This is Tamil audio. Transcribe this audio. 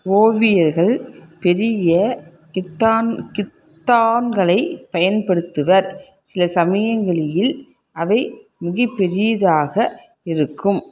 ஓவியர்கள் பெரிய கித்தான் கித்தான்களை பயன்படுத்துவர் சில சமயங்களில் அவை மிகப்பெரியதாக இருக்கும்